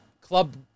Club